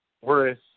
Whereas